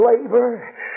labor